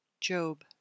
Job